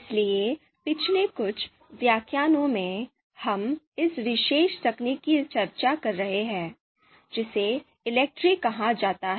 इसलिए पिछले कुछ व्याख्यानों में हम इस विशेष तकनीक की चर्चा कर रहे हैं जिसे ELECTRE कहा जाता है